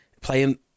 playing